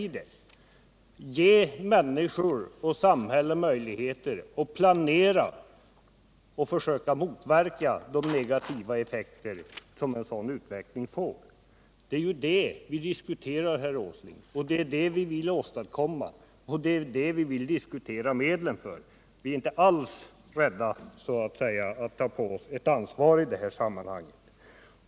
Då hade man givit människor och samhälle möjlighet att planera och försöka motverka de negativa effekter en sådan utveckling får. Det är detta vi diskuterar, herr Åsling, det är vad vi vill åstadkomma och vad vi vill diskutera medel för. Vi är inte alls rädda att ta på oss ett ansvar i det här sämmanhanget.